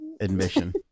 admission